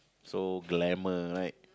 so glamour right